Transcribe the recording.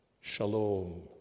Shalom